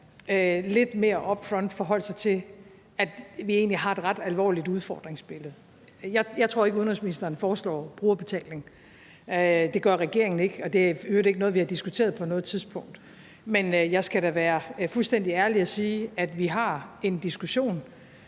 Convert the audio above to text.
lidt mere upfront forholde sig til, at vi egentlig har et ret alvorligt udfordringsbillede. Jeg tror ikke, at udenrigsministeren foreslår brugerbetaling. Det gør regeringen ikke, og det er i øvrigt ikke noget, vi har diskuteret på noget tidspunkt. Men jeg skal da være fuldstændig ærlig at sige, at vi har en diskussion